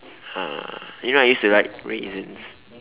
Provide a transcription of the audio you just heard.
uh you know I used to like raisins